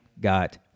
got